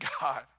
God